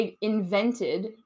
invented